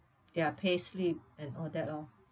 their payslip and all that lor